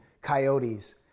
coyotes